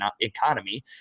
economy